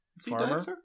Farmer